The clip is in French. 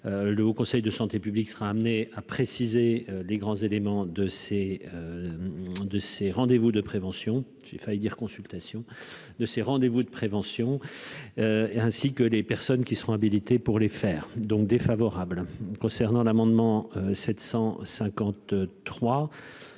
le Haut Conseil de santé publique sera amené à préciser les grands éléments de ces, de ces rendez-vous de prévention, j'ai failli dire consultation de ses rendez-vous de prévention et ainsi que les personnes qui seront habilités pour les faire donc défavorable concernant l'amendement 750